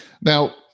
Now